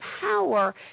power